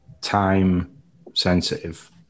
time-sensitive